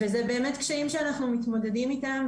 וזה באמת קשיים שאנחנו מתמודדים איתם,